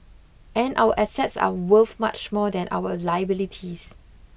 and our assets are worth much more than our liabilities